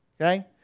Okay